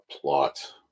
Plot